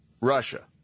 Russia